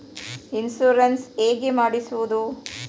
Insurance ಹೇಗೆ ಮಾಡಿಸುವುದು?